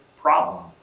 problem